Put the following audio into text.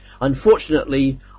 Unfortunately